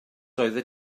oeddet